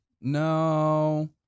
No